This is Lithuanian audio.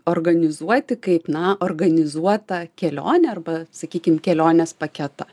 organizuoti kaip na organizuotą kelionę arba sakykim kelionės paketą